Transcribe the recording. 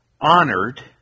honored